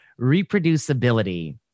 reproducibility